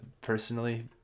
personally